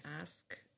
ask